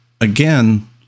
again